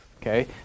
Okay